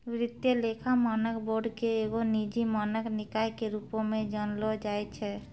वित्तीय लेखा मानक बोर्ड के एगो निजी मानक निकाय के रुपो मे जानलो जाय छै